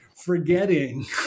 Forgetting